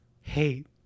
hate